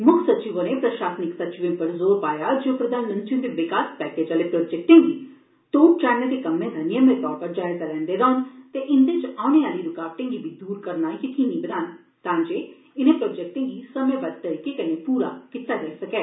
मुक्ख सचिव होरें प्रशासनिक सचिर्व पर जोर पाया जे ओह् प्रधानमंत्री हृंद विकास पैकेज आहले प्रोजेक्टें गी तोढ चाढ़ने दे कम्मै दा नियमित तौर उप्पर जायजा लैंदे रौहन ते इंदे च औने आहली रूकावटें गी बी दूर करोआना यकीनी बनान तांजे इनें प्रोजेक्टे गी समें बद्ध तरीके कन्नै प्रा कीता जाई सकै